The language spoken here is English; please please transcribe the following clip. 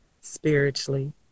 spiritually